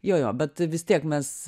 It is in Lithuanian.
jo jo bet vis tiek mes